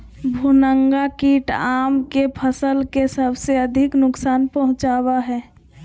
भुनगा कीट आम के फसल के सबसे अधिक नुकसान पहुंचावा हइ